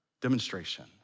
demonstration